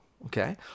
Okay